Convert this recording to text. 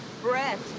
Brett